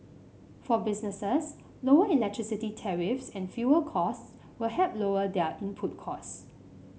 for businesses lower electricity tariffs and fuel costs will help lower their input costs